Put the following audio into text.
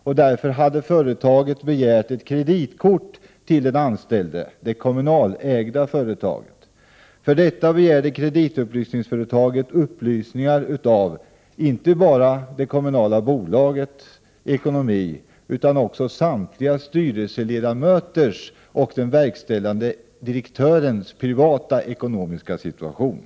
Det kommunalägda företaget hade därför ansökt om ett kreditkort. Av denna anledning begärde bolaget kreditupplysning inte bara om det kommunala bolagets ekonomi utan också om samtliga styrelseledamöters och den verkställande direktörens privata ekonomiska situation.